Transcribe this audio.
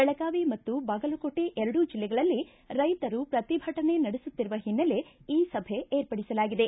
ಬೆಳಗಾವಿ ಮತ್ತು ಬಾಗಲಕೋಟೆ ಎರಡು ಜಿಲ್ಲೆಗಳಲ್ಲಿ ರೈತರು ಪ್ರತಿಭಟನೆ ನಡೆಸುತ್ತಿರುವ ಹಿನ್ನೆಲೆ ಈ ಸಭೆ ಏರ್ಪಡಿಸಲಾಗಿದೆ